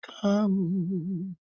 come